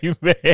man